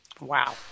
Wow